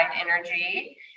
energy